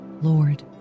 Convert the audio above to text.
Lord